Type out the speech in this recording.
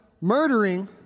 murdering